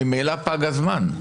ממילא פג הזמן.